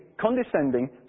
condescending